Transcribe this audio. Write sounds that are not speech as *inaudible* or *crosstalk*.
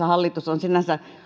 *unintelligible* hallitus on sinänsä